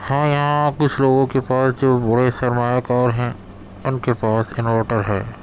ہاں یہاں کچھ لوگوں کے پاس جو بڑے سرمایہ کار ہیں ان کے پاس انورٹر ہے